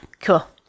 cool